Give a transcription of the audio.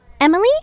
Emily